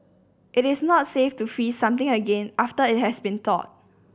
it is not safe to freeze something again after it has been thawed